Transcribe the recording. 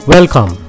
Welcome